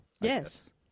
Yes